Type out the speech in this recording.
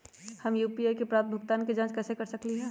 हम यू.पी.आई पर प्राप्त भुगतान के जाँच कैसे कर सकली ह?